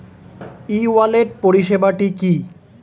ই wallet পরিষেবাটি কি?